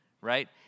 right